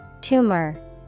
Tumor